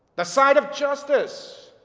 the side of justice,